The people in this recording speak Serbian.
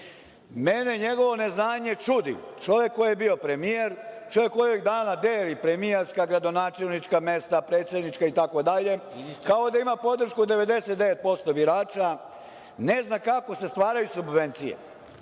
Mene njegovo neznanje čudi, čovek koji je bio premijer, čovek koji ovih dana deli premijerska, gradonačelnička mesta, predsednička, itd, kao i da podršku 99% birača, ne zna kako se stvaraju subvencije. On